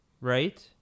right